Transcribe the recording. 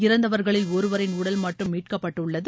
இறந்தவர்களில் ஒருவரின் உடல் மட்டும் மீட்கப்பட்டுள்ளது